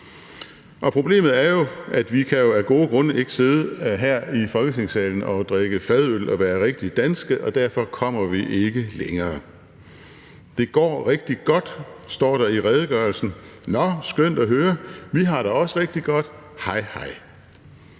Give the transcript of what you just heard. Og problemet er jo, at vi af gode grunde ikke kan sidde her i Folketingssalen og drikke fadøl og være rigtig danske. Og derfor kommer vi ikke længere. Det går rigtig godt, står der i redegørelsen. Nå, skønt at høre, vi har det også rigtig godt – hej, hej.